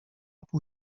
pół